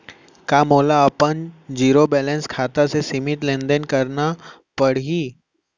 का मोला अपन जीरो बैलेंस खाता से सीमित लेनदेन करना पड़हि?